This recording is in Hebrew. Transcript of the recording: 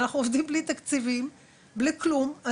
אנחנו עובדים בלי תקציבים ובלי כלום,